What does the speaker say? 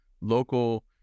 local